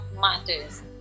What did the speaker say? matters